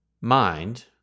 mind